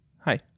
Hi